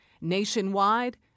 Nationwide